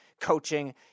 coaching